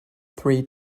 three